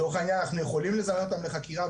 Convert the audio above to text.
לצורך העניין אנחנו יכולים לזמן אותם לחקירה,